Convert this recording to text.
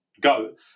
go